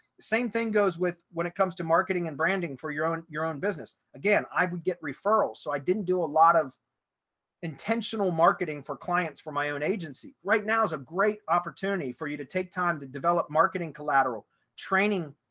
same thing goes with when it comes to marketing and branding for your own your own business. again, i would get referrals. so i didn't do a lot of intentional marketing for clients for my own agency right now is a great opportunity for you to take time to develop marketing, collateral training,